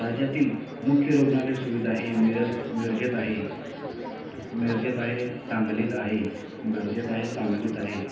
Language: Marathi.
राज्यातील मुख्य रुग्णालय सुविधा हे मिरज मिरजेत आहे मरजेत आहे सांगलीत आहे मिरजेत आहे सांगलीत आहे